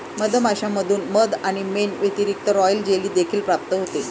मधमाश्यांमधून मध आणि मेण व्यतिरिक्त, रॉयल जेली देखील प्राप्त होते